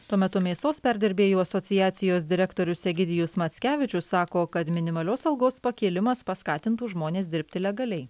tuo metu mėsos perdirbėjų asociacijos direktorius egidijus mackevičius sako kad minimalios algos pakėlimas paskatintų žmones dirbti legaliai